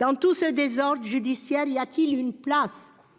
Dans tout ce désordre judiciaire, y a-t-il une place à